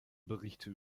berichte